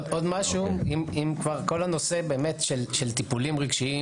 לגבי טיפולים רגשיים